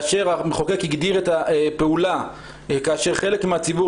כאשר המחוקק הגדיר את הפעולה כאשר חלק מהציבור